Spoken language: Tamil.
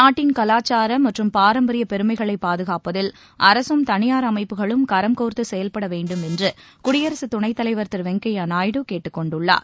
நாட்டின் கலாச்சார மற்றும் பாரம்பரிய பெருமைகளை பாதுகாப்பதில் அரசும் தனியார் அமைப்புகளும் கரம் கோர்த்து செயல்பட வேண்டும் என்று குடியரசு துணைத் தலைவர் திரு வெங்கய்ய நாயுடு கேட்டுக் கொண்டுள்ளார்